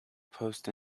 post